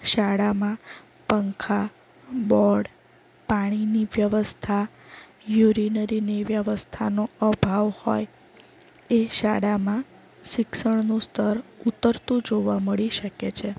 શાળામાં પંખા બોર્ડ પાણીની વ્યવસ્થા યુરીનરીની વ્યવસ્થાનો અભાવ હોય એ શાળામાં શિક્ષણનું સ્તર ઉતરતું જોવા મળી શકે છે